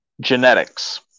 genetics